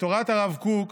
את תורת הרב קוק